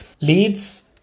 leads